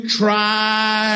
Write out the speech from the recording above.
try